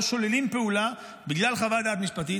שוללים פעולה בגלל חוות דעת משפטית,